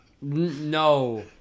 no